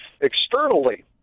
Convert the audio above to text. externally